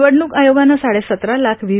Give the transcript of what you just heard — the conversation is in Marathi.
निवडणूक आयोगानं साडेसतरा लाख व्ही